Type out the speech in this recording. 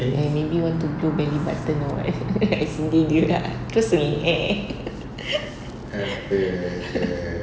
and maybe want to blue baby button or what I sindir dia ah terus nangis